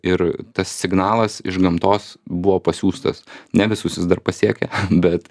ir tas signalas iš gamtos buvo pasiųstas ne visus vis dar pasiekia bet